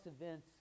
events